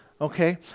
Okay